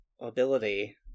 ability